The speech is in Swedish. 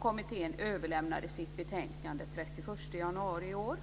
Kommittén överlämnade sitt betänkande den 31